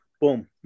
boom